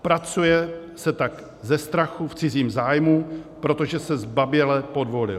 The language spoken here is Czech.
Pracuje se tak ze strachu v cizím zájmu, protože se zbaběle podvolil.